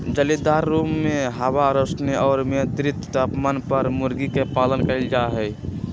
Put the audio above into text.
जालीदार रुम्मा में हवा, रौशनी और मियन्त्रित तापमान पर मूर्गी के पालन कइल जाहई